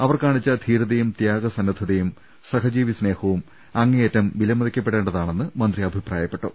അവർ കാണിച്ച ധീ രതയും തൃാഗസന്നദ്ധതയും സഹജീവി സ്നേഹവും അ ങ്ങേയറ്റം വിലമതിക്കപ്പെടേണ്ടതാണെന്നും മന്ത്രി അഭി പ്രായപ്പെട്ടു